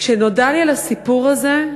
כשנודע לי על הסיפור הזה,